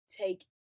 take